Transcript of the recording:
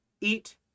eat